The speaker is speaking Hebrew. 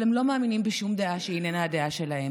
אבל הם לא מאמינים בשום דעה שהיא איננה הדעה שלהם.